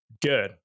good